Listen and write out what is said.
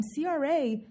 CRA